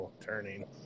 turning